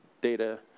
data